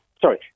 sorry